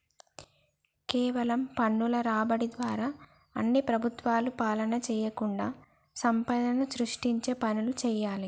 కేవలం పన్నుల రాబడి ద్వారా అన్ని ప్రభుత్వాలు పాలన చేయకుండా సంపదను సృష్టించే పనులు చేయాలి